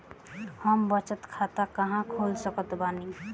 हम बचत खाता कहां खोल सकत बानी?